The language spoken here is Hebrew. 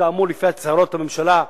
כאמור לפי הצהרות הממשלה,